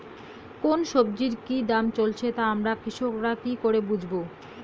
কোন সব্জির কি দাম চলছে তা আমরা কৃষক রা কি করে বুঝবো?